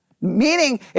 Meaning